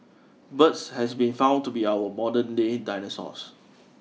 birds has been found to be our modern day dinosaurs